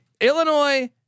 Illinois